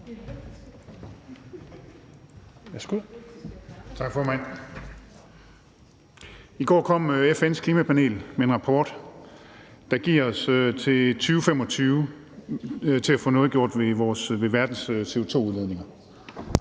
I går kom FN's Klimapanel med en rapport, der giver os tid til 2025 til at få gjort noget ved verdens CO2-udledninger.